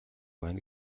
байна